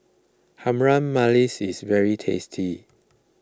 Harum Manis is very tasty